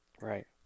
right